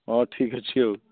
ହଁ ଠିକ୍ ଅଛି ଆଉ